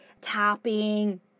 tapping